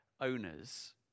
owners